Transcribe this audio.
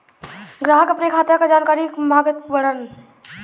ग्राहक अपने खाते का जानकारी मागत बाणन?